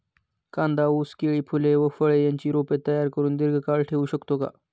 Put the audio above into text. कांदा, ऊस, केळी, फूले व फळे यांची रोपे तयार करुन दिर्घकाळ ठेवू शकतो का?